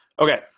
Okay